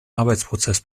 arbeitsprozess